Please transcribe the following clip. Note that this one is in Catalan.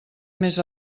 més